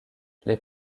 les